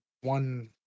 one